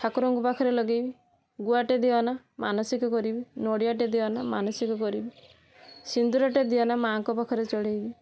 ଠାକୁରଙ୍କ ପାଖରେ ଲଗେଇବି ଗୁଆଟେ ଦିଅନା ମାନସିକ କରିବି ନଡ଼ିଆଟେ ଦିଅନା ମାନସିକ ଦିଅନା ସିନ୍ଦୂରଟେ ଦିଅନା ମାଁଙ୍କ ପାଖରେ ଚଢ଼େଇବି